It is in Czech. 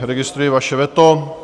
Registruji vaše veto.